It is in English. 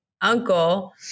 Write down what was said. uncle